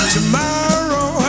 Tomorrow